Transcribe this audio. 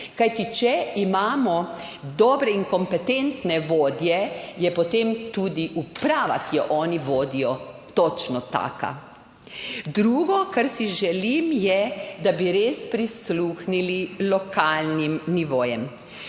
Kajti če imamo dobre in kompetentne vodje, je potem tudi uprava, ki jo oni vodijo, točno taka. Drugo, kar si želim je, da bi res prisluhnili lokalnim nivojem.